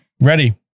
Ready